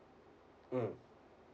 mm